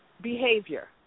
behavior